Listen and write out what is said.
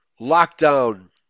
lockdown